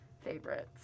favorites